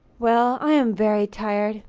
well, i am very tired.